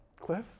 Cliff